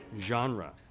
Genre